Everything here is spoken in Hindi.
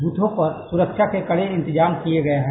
ब्रथों पर सुरक्षा के कड़े इंतजाम किए गए हैं